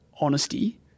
honesty